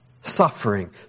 suffering